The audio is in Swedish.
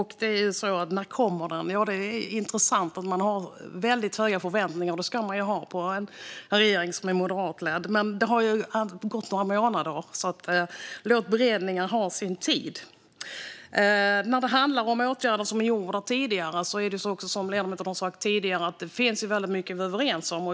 Herr talman! När kommer den? Ja, det är intressant att man har höga förväntningar. Det ska man ha på en regering som är moderatledd, men det har ju bara gått några månader. Låt beredningen ta sin tid! När det handlar om åtgärder som är gjorda tidigare är det så som ledamoten sa att det finns väldigt mycket som vi är överens om.